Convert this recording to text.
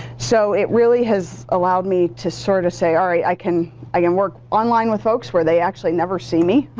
so it really has allowed me to sort of say, alright, i can i can work online with folks where they actually never see me,